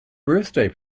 birthday